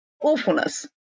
awfulness